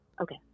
Okay